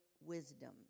wisdom